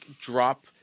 drop